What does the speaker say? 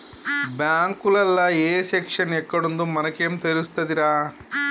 బాంకులల్ల ఏ సెక్షను ఎక్కడుందో మనకేం తెలుస్తదిరా